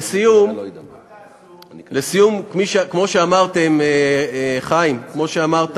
לסיום, כמו שאמרתם, חיים, כמו שאמרת